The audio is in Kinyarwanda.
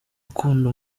akunda